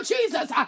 Jesus